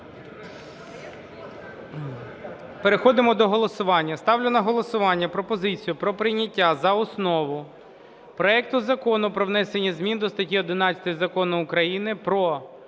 Переходимо до голосування. Ставлю на голосування пропозицію про прийняття за основу проект Закону про внесення змін до деяких законів України щодо